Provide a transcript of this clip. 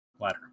ladder